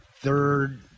third